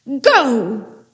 Go